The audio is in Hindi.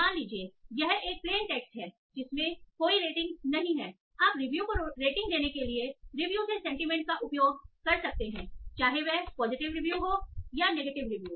मान लीजिए यह एक प्लेन टेक्स्ट है जिसमें कोई रेटिंग नहीं है आप रिव्यू को रेटिंग देने के लिए रिव्यू से सेंटीमेंट का उपयोग कर सकते हैं चाहे वह पॉजिटिव रिव्यू हो या नेगेटिव रिव्यू